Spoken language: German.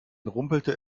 rumpelte